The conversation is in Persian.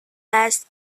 است